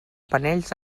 panells